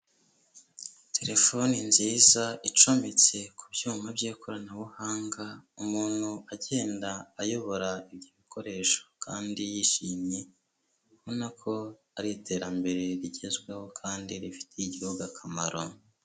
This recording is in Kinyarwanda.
Telefoni nziza icometse ku byuma by'ikoranabuhanga umuntu agenda ayobora ibyo bikoresho kandi yishimye ubona ko ari iterambere rigezweho kandi rifitiye igihugu akamaro.